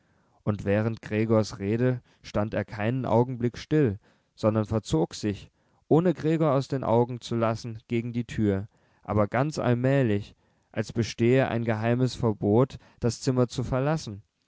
und während gregors rede stand er keinen augenblick still sondern verzog sich ohne gregor aus den augen zu lassen gegen die tür aber ganz allmählich als bestehe ein geheimes verbot das zimmer zu verlassen